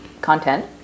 content